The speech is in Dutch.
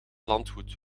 landgoed